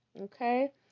Okay